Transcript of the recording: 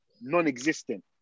non-existent